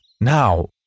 Now